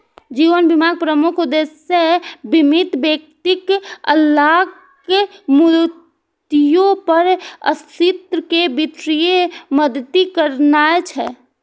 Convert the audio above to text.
जीवन बीमाक प्रमुख उद्देश्य बीमित व्यक्तिक अकाल मृत्यु पर आश्रित कें वित्तीय मदति करनाय छै